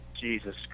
Jesus